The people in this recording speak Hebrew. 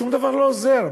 שום דבר לא עוזר.